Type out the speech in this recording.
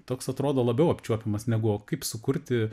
toks atrodo labiau apčiuopiamas negu o kaip sukurti